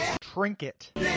Trinket